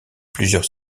plusieurs